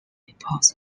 reports